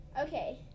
Okay